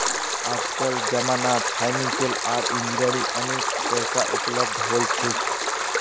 आजकल जमानत फाइनेंसियल आर इंजीनियरिंग अनेक पैसा उपलब्ध हो छे